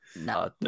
No